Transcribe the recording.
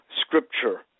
scripture